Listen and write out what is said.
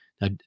Now